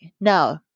no